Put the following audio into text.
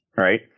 right